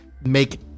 make